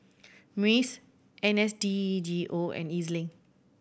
MUIS N S D G O and E Z Link